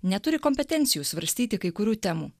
neturi kompetencijų svarstyti kai kurių temų